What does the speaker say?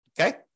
okay